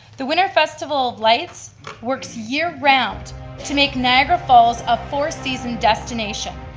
the winter festival of lights works year-round to make niagara falls a four season destination,